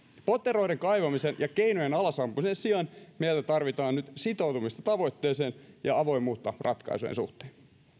poteroiden kaivamisen ja keinojen alasampumisen sijaan meiltä tarvitaan nyt sitoutumista tavoitteeseen ja avoimuutta ratkaisujen suhteen